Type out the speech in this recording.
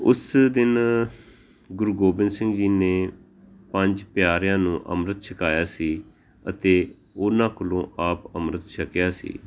ਉਸ ਦਿਨ ਗੁਰੂ ਗੋਬਿੰਦ ਸਿੰਘ ਜੀ ਨੇ ਪੰਜ ਪਿਆਰਿਆਂ ਨੂੰ ਅੰਮ੍ਰਿਤ ਛਕਾਇਆ ਸੀ ਅਤੇ ਉਹਨਾਂ ਕੋਲੋਂ ਆਪ ਅੰਮ੍ਰਿਤ ਛਕਿਆ ਸੀ